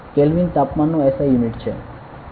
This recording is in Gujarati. કેલ્વિન તાપમાનનો SI યુનિટ છે